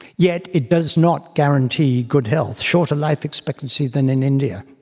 yet it does not guarantee good health shorter life expectancy than in india.